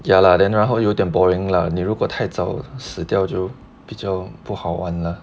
ya lah then 然后有点 boring lah 你如果太早死掉就比较不好玩 lah